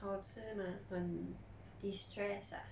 好吃 mah 很 distress ah